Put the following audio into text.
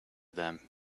them